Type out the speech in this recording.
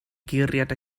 guriad